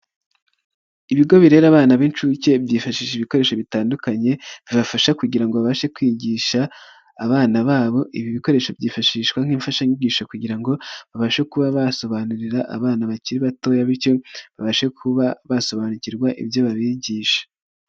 Ibigo birebara abana b'inshuke, byifashisha ibikoresho bitandukanye, bibafasha kugira ngo babashe kwigisha abana babo, ibi bikoresho byifashishwa nk'imfashanyigisho kugira ngo babashe kuba basobanurira abana bakiri batoya, bityo babashe kuba basobanukirwa ibyo babigisha.